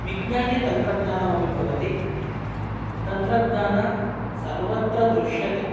विज्ञाने तन्त्रज्ञानमपि भवति तन्त्रज्ञानं सर्वत्र दृश्यते